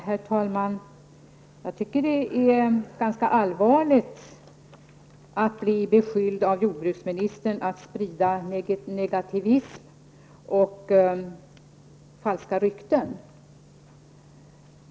Herr talman! Jag tycker att det är ganska allvarligt att bli beskylld av jordbruksministern för att sprida negativism och falska rykten.